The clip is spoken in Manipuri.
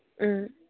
ꯎꯝ